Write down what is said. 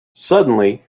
suddenly